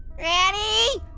granny?